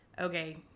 okay